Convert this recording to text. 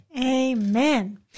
Amen